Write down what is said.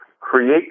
create